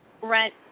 rent